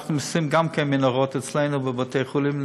אנחנו עושים גם כן מנהרות אצלנו בבתי חולים,